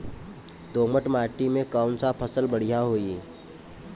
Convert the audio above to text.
दोमट माटी में कौन फसल बढ़ीया होई?